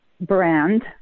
brand